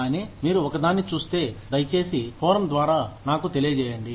కానీ మీరు ఒకదాన్ని చూస్తే దయచేసి ఫోరం ద్వారా నాకు తెలియజేయండి